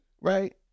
right